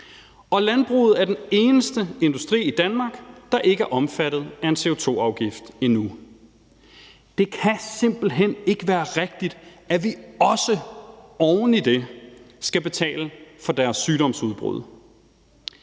og landbruget er den eneste industri i Danmark, der ikke er omfattet af en CO2-afgift endnu. Det kan simpelt hen ikke være rigtigt, at vi også oven i det skal betale for deres sygdomsudbrud.